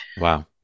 Wow